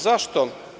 Zašto?